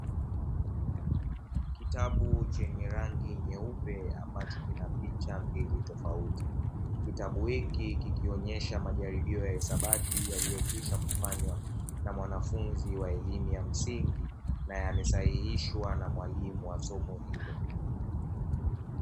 Kitabu chenye rangi nyeupe ambacho kinapicha mbili tofauti, kitabu hiki kikionyesha majaribio ya hisabati, yaliyokwisha kufanywa na mwanafunzi wa elimu ya msingi na yamesahihishwa na mwalimu wa somo.